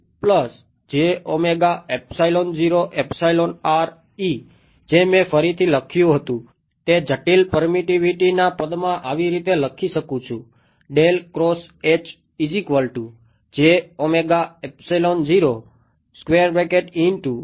તેથી જે મેં ફરીથી લખ્યું હતું તે જટિલ પરમીટીવીટીના પદમાં આ રીતે લખી શકું છું